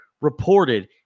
reported